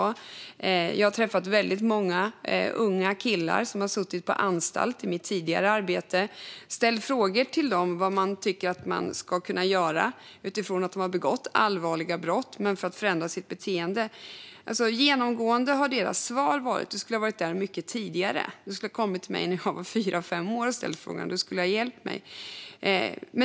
Jag har i mitt tidigare arbete träffat väldigt många unga killar som har suttit på anstalt och ställt frågor till dem om vad de, utifrån att de har begått allvarliga brott, tycker att man skulle kunna göra för att de ska förändra sitt beteende. Genomgående har deras svar varit: "Du skulle ha varit där mycket tidigare. Du skulle ha kommit till mig när jag var fyra fem år och ställt frågan och hjälpt mig."